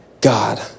God